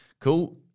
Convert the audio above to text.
cool